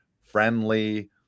friendly